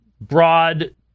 broad